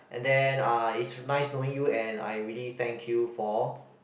and then ah it's nice knowing you and I really thank you for